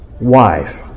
wife